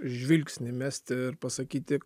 žvilgsnį mesti ir pasakyti